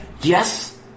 yes